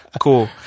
Cool